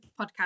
podcast